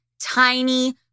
tiny